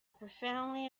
profoundly